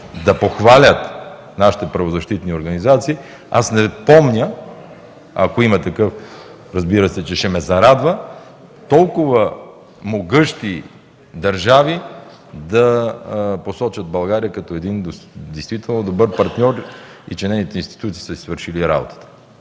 похвалиха нашите правозащитни организации. Аз не помня, ако има такъв, разбира се, ще ме зарадва, толкова могъщи държави да посочат България като един действително добър партньор и че нейните институции са си свършили работата.